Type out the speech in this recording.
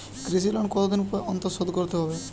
কৃষি লোন কতদিন অন্তর শোধ করতে হবে?